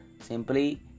simply